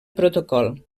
protocol